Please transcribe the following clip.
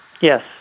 Yes